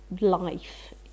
life